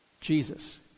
Jesus